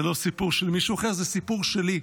זה לא סיפור של מישהו אחר, זה סיפור שלי.